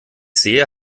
sehe